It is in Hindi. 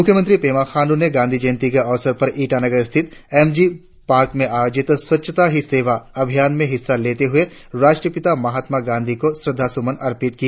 मुख्यमंत्री पेमा खांडू ने गांधी जयंती के अवसर पर ईटानगर स्थित एम जी पार्क में आयोजित स्वच्छता ही सेवा अभियान में हिस्सा लेते हुए राष्ट्रपिता महात्मा गांधी को श्रद्वास्मन अर्पित की